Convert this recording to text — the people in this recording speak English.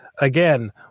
again